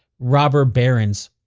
robber barons,